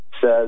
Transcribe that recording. says